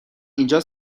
اینجا